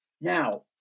Now